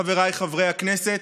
חבריי חברי הכנסת,